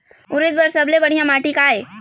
उरीद बर सबले बढ़िया माटी का ये?